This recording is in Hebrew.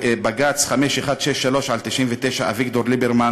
בג"ץ 5163/99, אביגדור ליברמן